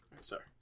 Sorry